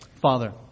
Father